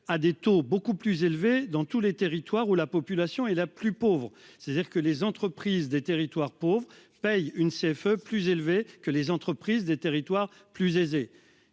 à des taux beaucoup plus élevés dans tous les territoires où la population est la plus pauvre, c'est-à-dire que les entreprises des territoires pauvres payent une CFE plus élevés que les entreprises des territoires plus aisée.